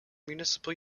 municipal